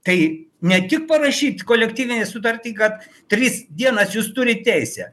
tai ne tik parašyt kolektyvinę sutartį kad tris dienas jūs turit teisę